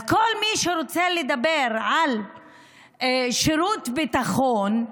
אז כל מי שרוצה לדבר על שירות ביטחון,